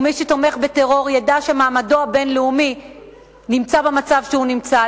ומי שתומך בטרור ידע שמעמדו הבין-לאומי נמצא במצב שהוא נמצא.